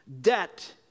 debt